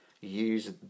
use